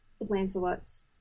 Lancelot's